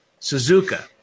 Suzuka